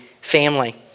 family